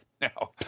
now